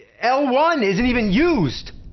l one isn't even used!